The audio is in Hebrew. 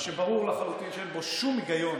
מה שברור לחלוטין שאין בו שום היגיון